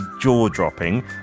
jaw-dropping